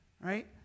right